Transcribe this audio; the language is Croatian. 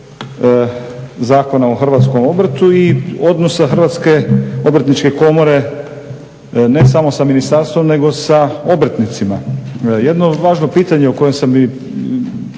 Zakona o Hrvatskom obrtu i odnosa Hrvatske obrtničke komore ne samo sa ministarstvom nego sa obrtnicima. Jedno važno pitanje o kojem sam i